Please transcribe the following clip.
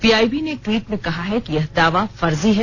PIB ने एक tweet में कहा है कि यह दावा फर्जी है